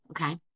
Okay